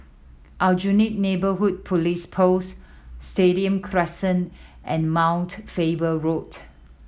Aljunied Neighbourhood Police Post Stadium Crescent and Mount Faber Road